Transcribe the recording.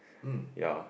ya